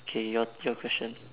K your your question